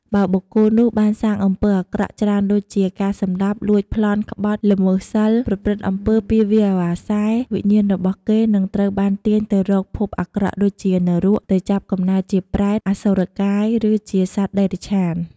បើបុគ្គលនោះបានសាងអំពើអាក្រក់ច្រើនដូចជា ការសម្លាប់ លួច ប្លន់ ក្បត់ ល្មើសសីល ប្រព្រឹត្តអំពើពាលអាវ៉ាសែ វិញ្ញាណរបស់គេនឹងត្រូវបានទាញទៅរកភពអាក្រក់ដូចជានរក ទៅចាប់កំណើតជាប្រេត អសុរកាយ ឬជាសត្វតិរច្ឆាន។